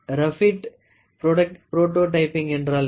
rabbit prototyping என்றால் என்ன